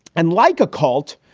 and like a cult,